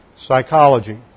psychology